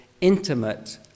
intimate